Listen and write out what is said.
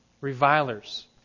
revilers